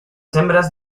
hembras